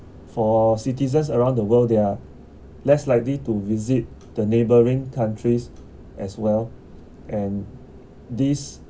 citizens around the world they are less likely to visit the neighbouring countries as well and this